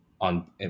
on